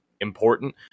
important